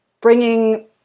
bringing